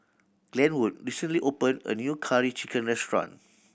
Glenwood recently opened a new Curry Chicken restaurant